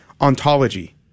Ontology